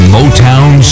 Motown